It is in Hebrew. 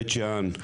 בית שאן,